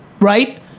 right